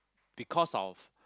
because of